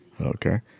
Okay